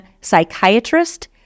psychiatrist